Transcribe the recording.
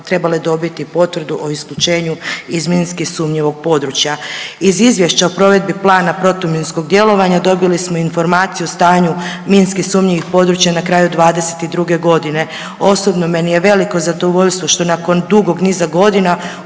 trebale dobiti potvrdu o isključenju iz minski sumnjivog područja. Iz Izvješća o provedbi Plana protuminskog djelovanja dobili smo informaciju o stanju minski sumnjivih područja na kraju 2022. godine. Osobno meni je veliko zadovoljstvo što nakon dugog niza godina